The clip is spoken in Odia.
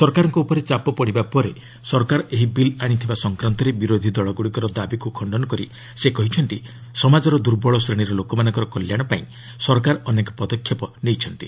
ସରକାରଙ୍କ ଉପରେ ଚାପ ପଡ଼ିବା ପରେ ସରକାର ଏହି ବିଲ୍ ଆଶିଥିବା ସଂକ୍ରାନ୍ତରେ ବିରୋଧୀ ଦଳଗୁଡ଼ିକର ଦାବିକୁ ଖଣ୍ଡନ କରି ସେ କହିଛନ୍ତି ସମାଜର ଦୁର୍ବଳ ଶ୍ରେଣୀର ଲୋକମାନଙ୍କ କଲ୍ୟାଣ ପାଇଁ ସରକାର ଅନେକ ପଦକ୍ଷେପ ନେଇଛନ୍ତି